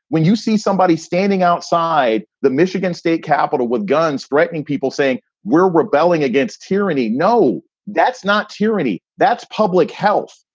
when you see somebody standing outside the michigan state capitol with guns, threatening people saying we're rebelling against tyranny. no, that's not tyranny. that's public health.